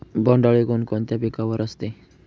बोंडअळी कोणकोणत्या पिकावर असते?